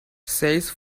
says